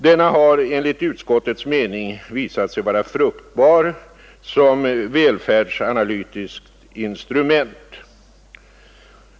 Denna har enligt utskottets mening visat sig vara fruktbar som välfärdsanalytiskt instrument.